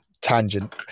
tangent